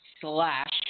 slash